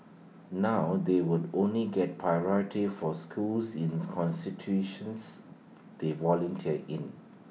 now they will only get priority for schools ins constitutions they volunteer in